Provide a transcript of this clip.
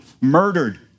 murdered